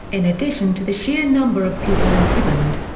in addition to the sheer number of people imprisoned.